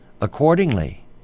accordingly